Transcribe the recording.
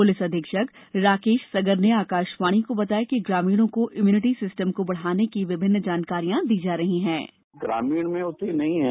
police अधीक्षक राकेश सगर ने आकाशवाणी को बताया कि ग्रामीणों को इम्यूनिटी सिस्टम को बढ़ाने की विभिन्न जानकारियां दी जा रही है